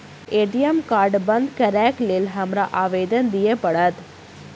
ATM card बंद करैक लेल हमरा आवेदन दिय पड़त?